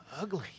Ugly